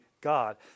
God